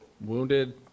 wounded